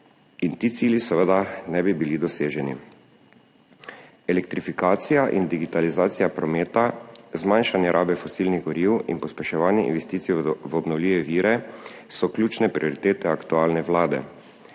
In ti cilji seveda ne bi bili doseženi. Elektrifikacija in digitalizacija prometa, zmanjšanje rabe fosilnih goriv in pospeševanje investicij v obnovljive vire so ključne prioritete aktualne vlade,